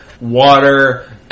water